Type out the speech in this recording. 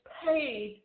paid